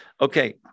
Okay